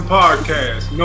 Podcast